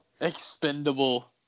Expendable